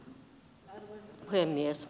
arvoisa puhemies